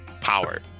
power